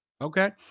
Okay